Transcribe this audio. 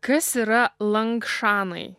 kas yra langšanai